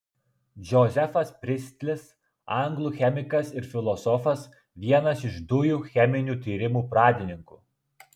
džozefas pristlis anglų chemikas ir filosofas vienas iš dujų cheminių tyrimų pradininkų